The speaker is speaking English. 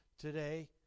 Today